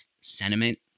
sentiment